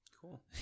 Cool